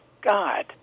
God